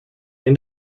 end